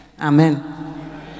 Amen